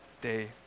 day